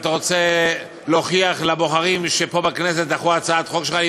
ואתה רוצה להוכיח לבוחרים שפה בכנסת דחו הצעת חוק שלך,